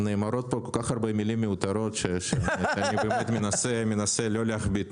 נאמרות פה כל כך הרבה מילים מיותרות שאני מנסה לא להכביד.